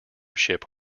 ship